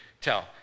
tell